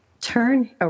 Turn